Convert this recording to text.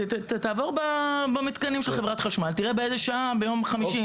תעבור במתקנים של חברת חשמל תראה באיזה שעה ביום חמישי